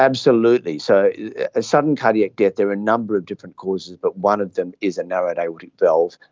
absolutely, so sudden cardiac death, there are a number of different causes but one of them is a narrowed aortic valve,